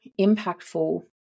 impactful